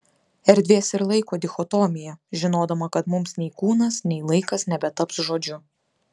erdvės ir laiko dichotomija žinodama kad mums nei kūnas nei laikas nebetaps žodžiu